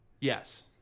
yes